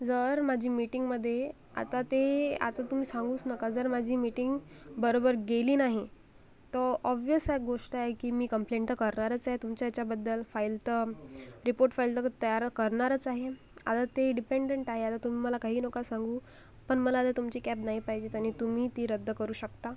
जर माझी मीटिंगमध्ये आता ते आता तुम्ही सांगूच नका जर माझी मीटिंग बरोबर गेली नाही तो ओबवियस आहे गोष्ट आहे की मी कंप्लेंट तर करणारच आहे तुमच्या ह्याच्याबद्दल फाइल तर रिपोर्ट फाइल तर तयार करणारच आहे आता ते डिपेंडंट आहे आता तुम्ही मला काही नका सांगू पण मला आता तुमची कॅब नाही पाहिजे आणि तुम्ही ती रद्द करू शकता